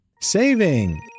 Saving